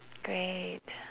great